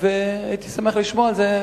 הייתי שמח לשמוע על זה.